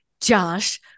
Josh